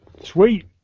Sweet